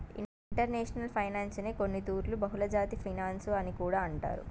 international ఫైనాన్సునే కొన్నితూర్లు బహుళజాతి ఫినన్సు అని కూడా అంటారు